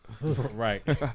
Right